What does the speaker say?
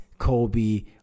Kobe